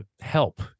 help